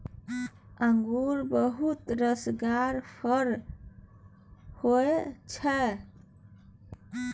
अंगुर बहुत रसगर फर होइ छै